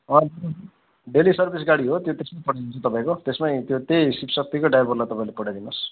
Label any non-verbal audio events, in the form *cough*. *unintelligible* daily service गाडी हो त्यो त्यसमै पठाइदिन्छु तपाईँको त्यसमै त्यो त्यही शिव शक्तिकै ड्राइभरलाई तपाईँले पठाइदिनुहोस्